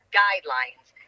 guidelines